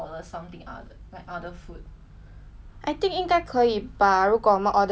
I think 应该可以吧如果我们 order 多一点因为下午的麻辣其实蛮饱的